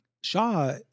Shaw